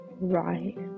right